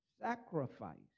Sacrifice